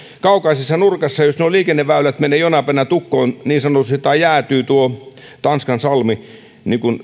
kaukaisessa nurkassa jos nuo liikenneväylät menevät jonain päivänä niin sanotusti tukkoon tai jäätyy tuo tanskan salmi